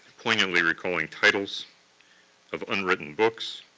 poignantly recalling titles of unwritten books,